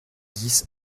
dix